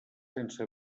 sense